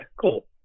cool